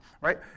right